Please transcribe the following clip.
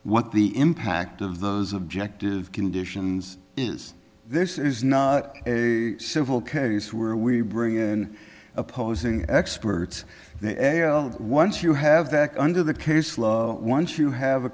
what the impact of those objective conditions is this is not a civil case where we bring in opposing experts once you have that under the case law once you have a